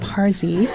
Parzi